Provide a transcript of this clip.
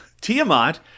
Tiamat